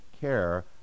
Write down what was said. care